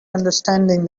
understanding